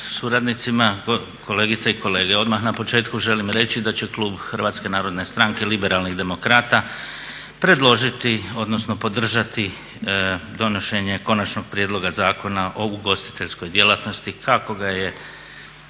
suradnicima, kolegice i kolege. Odmah na početku želim reći da će klub Hrvatske narodne stranke Liberalnih demokrata predložiti, odnosno podržati donošenje Konačnog prijedloga zakona o ugostiteljskoj djelatnosti kako ga je